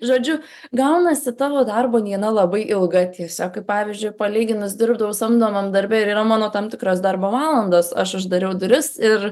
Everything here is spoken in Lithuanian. žodžiu gaunasi tavo darbo diena labai ilga tiesiog kaip pavyzdžiui palyginus dirbdavau samdomam darbe ir yra mano tam tikros darbo valandos aš uždariau duris ir